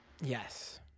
Yes